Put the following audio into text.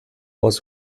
was